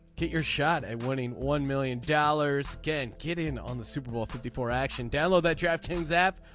get your shot at winning one million dollars. get kidding on the super bowl fifty for action download that draft kings app.